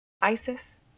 ISIS